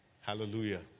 Hallelujah